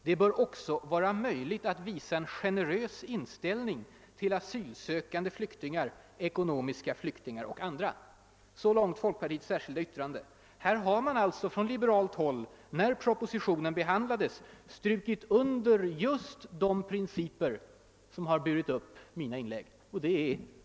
Det bör också vara möjligt att visa en generös inställning till asylsökande flyktingar, ekonomiska flyktingar och andra.» Redan när propositionen behandlades underströk man alltså från liberalt håll just de principer som präglat mina inlägg i dag.